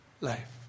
life